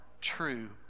true